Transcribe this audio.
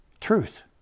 truth